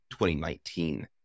2019